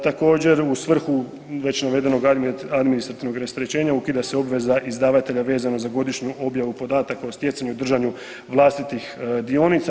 Također u svrhu već navedenog administrativnog rasterećenja ukida se obveza izdavatelja vezana za godišnju objavu podataka o stjecanju i držanju vlastitih dionica.